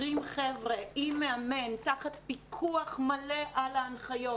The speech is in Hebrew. חבר'ה עם מאמן תחת פיקוח מלא על ההנחיות,